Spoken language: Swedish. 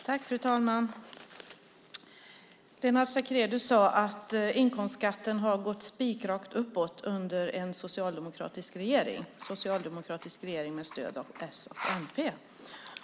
Fru talman! Lennart Sacrédeus sade att inkomstskatten har gått spikrakt uppåt under en socialdemokratisk regering med stöd av v och mp.